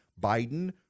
Biden